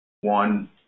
One